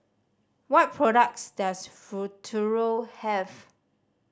what products does Futuro have